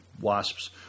wasps